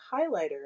highlighter